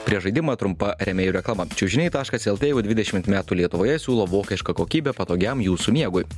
prieš žaidimą trumpa rėmėjų reklama čiužiniai taškas lt jau dvidešimt metų lietuvoje siūlo vokišką kokybę patogiam jūsų miegui